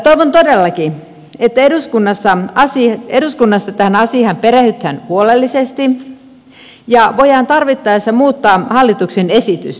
toivon todellakin että eduskunnassa tähän asiaan perehdytään huolellisesti ja voidaan tarvittaessa muuttaa hallituksen esitystä